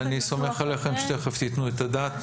אני סומך עליכם שתיכף תיתנו את הדעת.